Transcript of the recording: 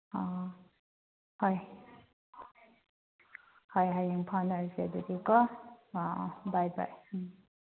ꯑꯣ ꯍꯣꯏ ꯍꯣꯏ ꯍꯌꯦꯡ ꯐꯥꯎꯅꯔꯁꯦ ꯑꯗꯨꯗꯤ ꯀꯣ ꯑꯣ ꯕꯥꯏ ꯕꯥꯏ ꯎꯝ